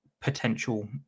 potential